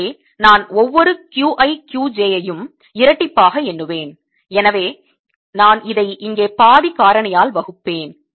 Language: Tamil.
எனவே நான் ஒவ்வொரு Q i Q j ஐ யும் இரட்டிப்பாக எண்ணுவேன் எனவே நான் இதை இங்கே பாதி காரணியால் வகுப்பேன்